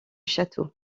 château